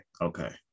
Okay